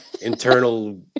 internal